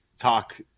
talk